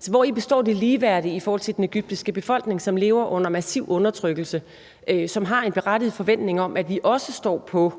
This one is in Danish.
Så hvori består det ligeværdige i forhold til den egyptiske befolkning, som lever under massiv undertrykkelse, og som har en berettiget forventning om, at vi også står på